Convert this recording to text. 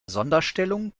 sonderstellung